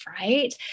right